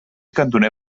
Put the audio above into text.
cantoner